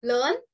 Learn